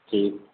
ٹھیک